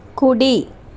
కుడి